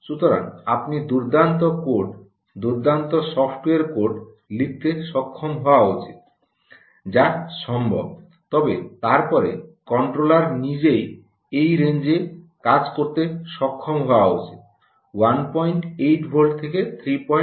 সুতরাং আপনি দুর্দান্ত কোড সুন্দর সফ্টওয়্যার কোড লিখতে সক্ষম হওয়া উচিত যা সম্ভব তবে তারপরে কন্ট্রোলার নিজেই এই রেঞ্জএ কাজ করতে সক্ষম হওয়া উচিত 18 ভোল্ট থেকে 33 ভোল্ট পর্যন্ত